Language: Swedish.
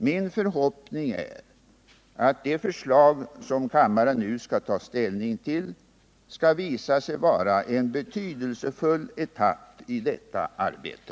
Min förhoppning är att det förslag som kammaren nu skall ta ställning till skall visa sig vara en betydelsefull etapp i detta arbete.